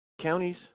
counties